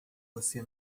você